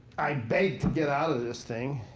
i begged to get out of this thing,